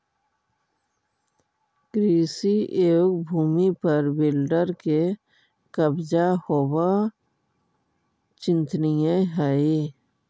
कृषियोग्य भूमि पर बिल्डर के कब्जा होवऽ चिंतनीय हई